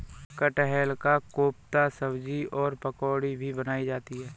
कटहल का कोफ्ता सब्जी और पकौड़ी भी बनाई जाती है